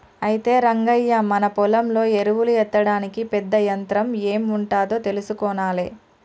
అయితే రంగయ్య మన పొలంలో ఎరువులు ఎత్తడానికి పెద్ద యంత్రం ఎం ఉంటాదో తెలుసుకొనాలే